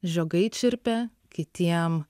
žiogai čirpia kitiem